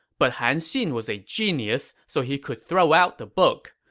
but han xin was a genius, so he could throw out the book.